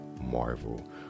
Marvel